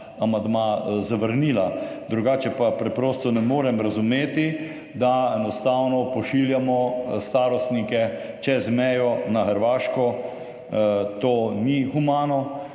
zavrnila, drugače pa preprosto ne morem razumeti, da enostavno pošiljamo starostnike čez mejo na Hrvaško. To ni humano.